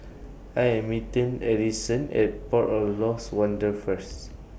I Am meeting Alisson At Port of Lost Wonder First